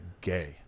gay